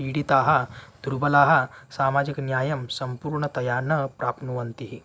पीडिताः दुर्बलाः सामाजिकन्यायं सम्पूर्णतया न प्राप्नुवन्ति